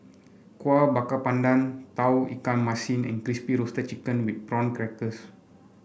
Kueh Bakar Pandan Tauge Ikan Masin and Crispy Roasted Chicken with Prawn Crackers